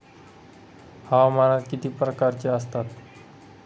हवामान किती प्रकारचे असतात?